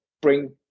bring